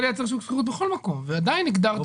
שאמור להכיר את השוק ואת המחירים ויש לו כלים לבדוק את זה,